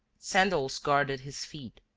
sandals guarded his feet.